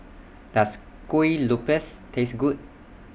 Does Kuih Lopes Taste Good